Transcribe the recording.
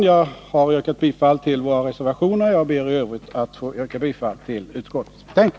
Jag har redan yrkat bifall till våra reservationer, och jag ber att i övrigt få yrka bifall till utskottets hemställan.